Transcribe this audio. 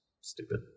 stupid